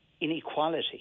inequality